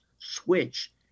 switch